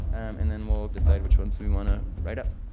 um and then we'll decide which ones we want to write up